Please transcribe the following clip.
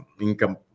income